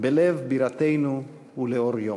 בלב בירתנו ולאור יום.